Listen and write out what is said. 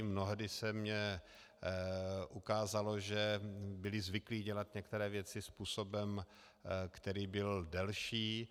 Mnohdy se mi ukázalo, že byli zvyklí dělat některé věci způsobem, který byl delší.